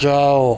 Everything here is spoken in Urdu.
جاؤ